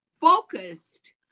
focused